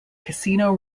casino